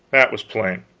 that was plain.